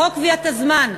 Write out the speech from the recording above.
חוק קביעת הזמן,